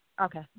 Okay